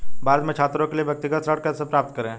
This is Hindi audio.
भारत में छात्रों के लिए व्यक्तिगत ऋण कैसे प्राप्त करें?